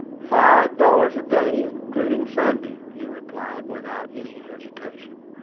five dollars a day, including sundays, he replied, without any hesitation.